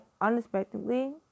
unexpectedly